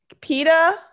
PETA